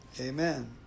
Amen